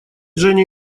женя